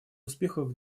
успехов